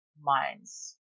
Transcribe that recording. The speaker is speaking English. minds